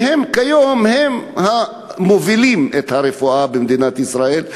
כיום הם המובילים את הרפואה במדינת ישראל.